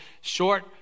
short